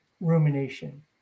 rumination